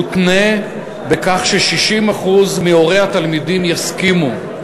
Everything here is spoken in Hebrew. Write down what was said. בתנאי ש-60% מהורי התלמידים יסכימו.